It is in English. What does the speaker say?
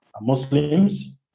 Muslims